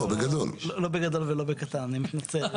לא בגודל ולא בקטן, אני מתנצל.